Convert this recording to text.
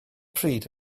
pryd